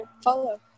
follow